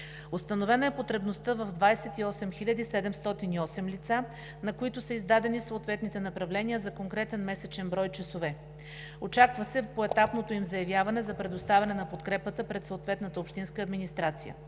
Установена е потребността на 28 708 лица, на които са издадени съответните направления за конкретен месечен брой часове. Очаква се поетапното им заявяване за предоставяне на подкрепата пред съответната общинска администрация.